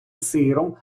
сиром